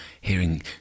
hearing